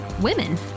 women